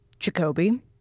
Jacoby